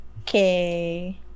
Okay